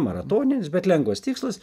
maratoninis bet lengvas tikslas